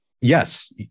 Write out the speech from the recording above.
Yes